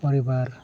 ᱯᱚᱨᱤᱵᱟᱨ